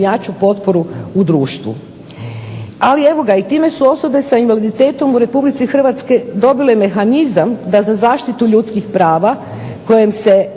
jaču potporu u društvu. I time su osobe sa invaliditetom u RH dobile mehanizam da za zaštitu ljudskih prava kojim se